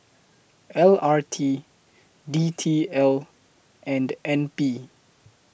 L R T D T L and N P